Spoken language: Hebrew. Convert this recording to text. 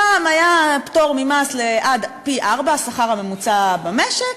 פעם היה פטור ממס עד פי-ארבעה מהשכר הממוצע במשק,